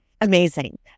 Amazing